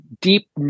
deep